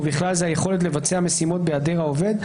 ובכלל זה היכולת לבצע משימות בהיעדר העובד,